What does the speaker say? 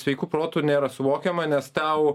sveiku protu nėra suvokiama nes tau